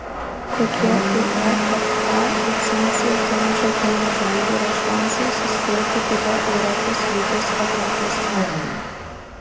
kokie uefa licenciją turinčio kauno žalgirio šansai suspėti į tą europos lygos atrankos traukinį